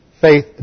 Faith